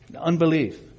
unbelief